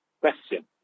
question